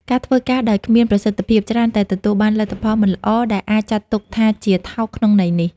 ការធ្វើការដោយគ្មានប្រសិទ្ធភាព ច្រើនតែទទួលបានលទ្ធផលមិនល្អ ដែលអាចចាត់ទុកថាជា "ថោក" ក្នុងន័យនេះ។